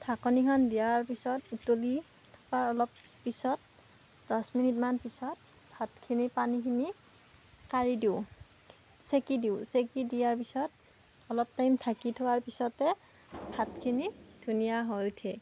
ঢাকনিখন দিয়াৰ পিছত উতলি থকাৰ অলপ পিছত দহ মিনিটমান পিছত ভাতখিনি পানীখিনি কাঢ়ি দিওঁ ছেকি দিওঁ ছেকি দিয়াৰ পিছত অলপ টাইম ঢাকি থোৱাৰ পিছতে ভাতখিনি ধুনীয়া হৈ উঠে